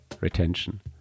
retention